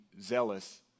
zealous